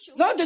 no